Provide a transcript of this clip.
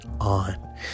on